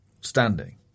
standing